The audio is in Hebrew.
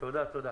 תודה, תודה.